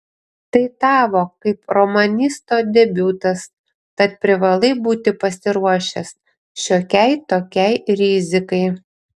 tai tavo kaip romanisto debiutas tad privalai būti pasiruošęs šiokiai tokiai rizikai